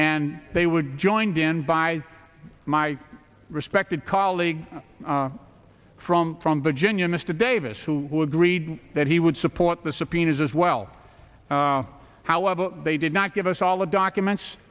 and they would joined in by my respected colleague from from virginia mr davis who will agreed that he would support the subpoenas as well however they did not give us all the documents